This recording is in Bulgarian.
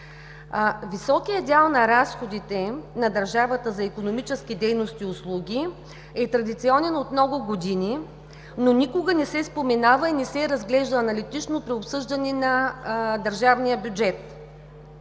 Високият дял на разходите на държавата за икономически дейности и услуги е традиционен от много години, но никога не се споменава и не се разглежда аналитично при обсъждане на държавния бюджет.